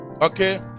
okay